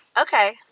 okay